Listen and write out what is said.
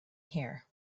here